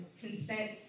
consent